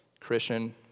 Christian